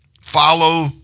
Follow